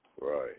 Right